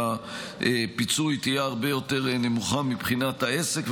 הפיצוי תהיה הרבה יותר נמוכה מבחינת העסק,